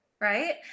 right